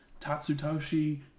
Tatsutoshi